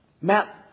Matt